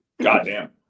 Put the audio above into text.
Goddamn